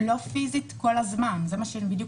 לא פיזית כל הזמן, זה מה שאמרתי.